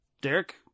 Derek